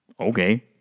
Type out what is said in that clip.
okay